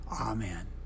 Amen